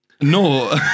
no